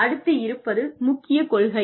அடுத்து இருப்பது முக்கிய கொள்கைகள்